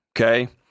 Okay